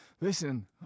listen